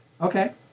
Okay